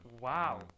Wow